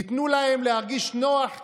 תיתנו להם להרגיש נוח כאן,